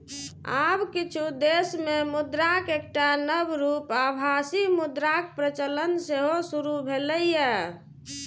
आब किछु देश मे मुद्राक एकटा नव रूप आभासी मुद्राक प्रचलन सेहो शुरू भेलैए